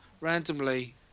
randomly